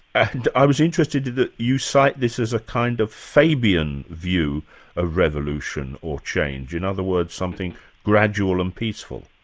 and i was interested that you cite this as a kind of fabian view of ah revolution or change. in other words, something gradual and peaceful.